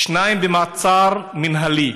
שניים במעצר מינהלי,